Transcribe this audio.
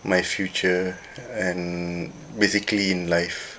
my future and basically in life